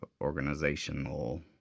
organizational